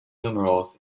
numerals